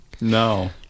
No